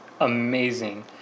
amazing